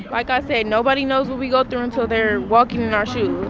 like i said, nobody knows what we go through until they're walking in our shoes,